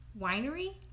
Winery